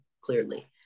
clearly